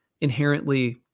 inherently